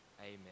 Amen